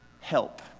help